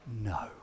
No